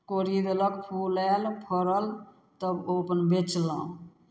कोरिएलक फूल आयल फड़ल तब ओ अपन बेचलहुँ